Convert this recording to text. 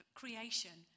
creation